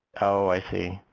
oh i see.